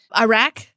iraq